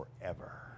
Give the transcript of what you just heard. forever